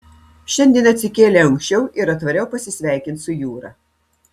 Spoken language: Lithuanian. šiandien atsikėliau anksčiau ir atvariau pasisveikint su jūra